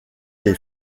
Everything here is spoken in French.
les